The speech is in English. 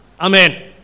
Amen